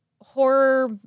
horror